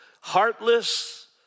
heartless